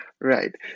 Right